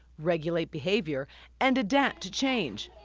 regulate behavior and adapt to change.